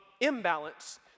imbalance